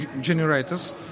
generators